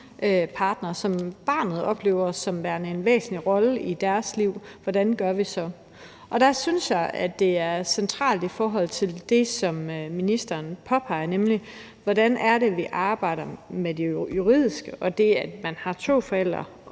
som børnene oplever som havende en væsentlig rolle i deres liv? Hvordan gør vi så det? Der synes jeg, det er centralt i forhold til det, som ministeren påpeger, nemlig hvordan vi arbejder med det juridiske, i forhold til at man har to forældre,